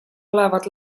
olevad